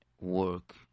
work